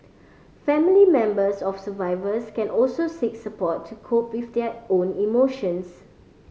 family members of survivors can also seek support to cope with their own emotions